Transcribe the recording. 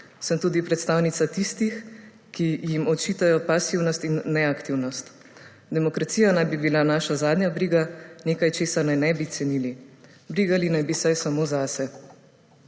Sem tudi predstavnica tistih, ki jim očitajo pasivnost in neaktivnost. Demokracija naj bi bila naša zadnja briga, nekaj, česar naj ne bi cenili, brigali naj bi se samo zase.